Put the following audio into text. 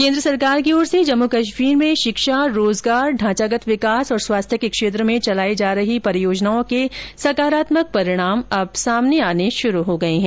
केन्द्र सरकार की ओर से जम्मू कश्मीर में शिक्षा रोजगार ढांचागत विकास और स्वास्थ्य के क्षेत्र में चलाई जा रही परियोजनाओं के सकारात्मक परिणाम अब सामने आने शुरू हो गये है